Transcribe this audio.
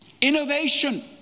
Innovation